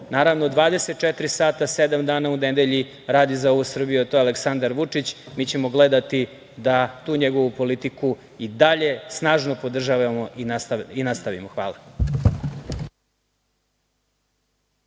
i ko 24 sata sedam dana u nedelji radi za ovu Srbiju, a to je Aleksandar Vučić. Mi ćemo gledati da tu njegovu politiku i dalje snažno podržavamo i nastavimo. Hvala.